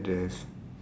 the